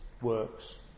works